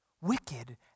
wicked